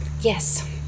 yes